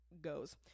goes